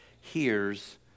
hears